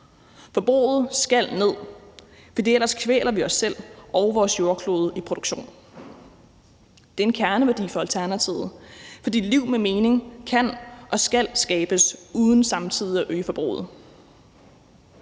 Forbruget skal ned, for ellers kvæler vi os selv og vores jordklode i produktion. Det er en kerneværdi for Alternativet, for et liv med mening kan og skal skabes uden samtidig at øge forbruget.